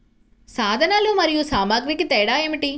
సాధనాలు మరియు సామాగ్రికి తేడా ఏమిటి?